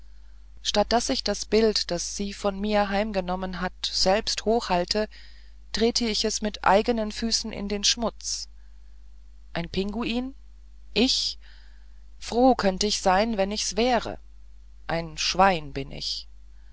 statt daß ich das bild das sie von mir heimgenommen hat selber hochhalte trete ich es mit eigenen füßen in den schmutz ein pinguin ich froh könnt ich sein wenn ich's wäre ein schwein bin ich